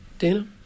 Dana